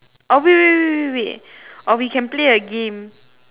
or wait wait wait wait wait or we can play a game